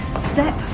Step